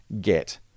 get